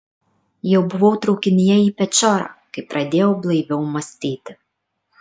jau buvau traukinyje į pečiorą kai pradėjau blaiviau mąstyti